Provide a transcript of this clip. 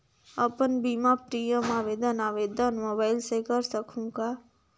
अपन बीमा प्रीमियम आवेदन आवेदन मोबाइल से कर सकहुं का?